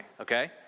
okay